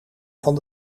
van